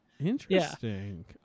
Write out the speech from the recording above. Interesting